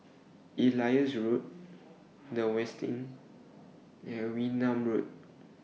Elias Road The Westin and Wee Nam Road